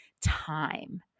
time